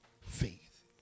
faith